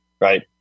right